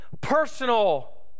personal